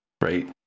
right